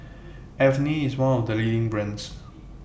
Avene IS one of The leading brands